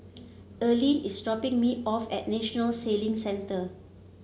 Erline is dropping me off at National Sailing Center